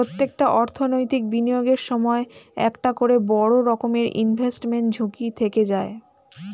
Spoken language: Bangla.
প্রত্যেকটা অর্থনৈতিক বিনিয়োগের সময় একটা করে বড় রকমের ইনভেস্টমেন্ট ঝুঁকি থেকে যায়